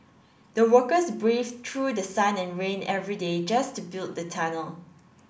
the workers braved through the sun and rain every day just to build the tunnel